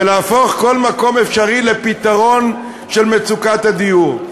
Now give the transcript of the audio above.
ולהפוך כל מקום אפשרי לפתרון של מצוקת הדיור.